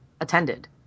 attended